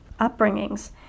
upbringings